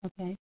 Okay